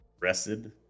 rested